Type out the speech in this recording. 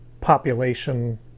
population